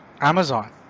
Amazon